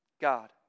God